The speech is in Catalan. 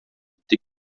antic